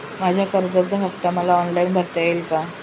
माझ्या कर्जाचा हफ्ता मला ऑनलाईन भरता येईल का?